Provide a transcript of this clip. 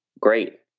great